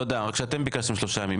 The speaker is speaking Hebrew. תודה, רק שאתם ביקשתם שלושה ימים.